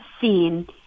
seen